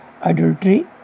adultery